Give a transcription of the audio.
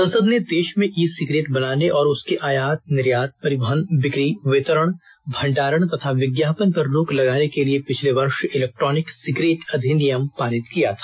संसद ने देश में ई सिगरेट बनाने और उसके आयात निर्यात परिवहन बिक्री वितरण भंडारण तथा विज्ञापन पर रोक लगाने के लिए पिछले वर्ष इलेक्ट्रॉनिक सिगरेट अधिनियम पारित किया था